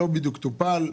הוא לא בדיוק טופל.